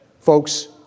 Folks